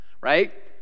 right